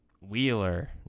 Wheeler